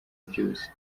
byose